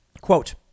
quote